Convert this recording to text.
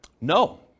No